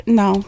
no